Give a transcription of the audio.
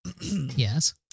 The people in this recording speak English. Yes